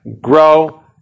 grow